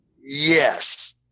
Yes